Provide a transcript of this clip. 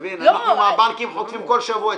אנחנו מהבנקים חוטפים כל שבוע.